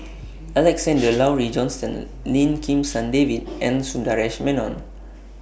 Alexander Laurie Johnston Lim Kim San David and Sundaresh Menon